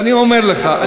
ואני אומר לך,